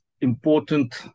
important